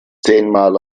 zehnmal